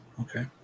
Okay